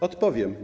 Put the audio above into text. Odpowiem.